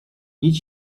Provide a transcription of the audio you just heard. nic